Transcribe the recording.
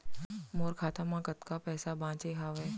मोर खाता मा कतका पइसा बांचे हवय?